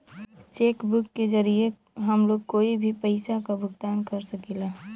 check book के जरिये हम लोग कोई के भी पइसा क भुगतान कर सकीला